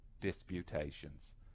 disputations